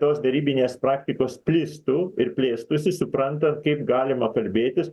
tos derybinės praktikos plistų ir plėstųsi supranta kaip galima kalbėtis